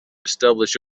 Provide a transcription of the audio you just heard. establish